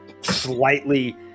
slightly